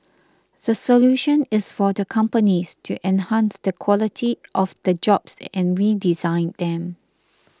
the solution is for the companies to enhance the quality of the jobs and redesign them